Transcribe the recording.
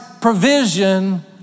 provision